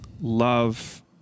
love